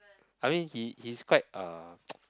I think he he's quite uh